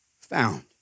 found